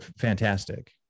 fantastic